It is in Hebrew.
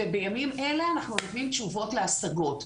ובימים אלה אנחנו נותנים תשובות להשגות.